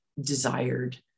desired